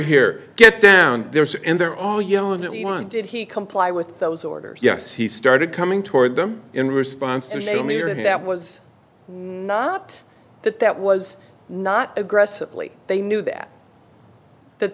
here get down there's and they're all yelling at me one did he comply with those orders yes he started coming toward them in response to a mirror that was not that that was not aggressively they knew that that